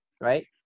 right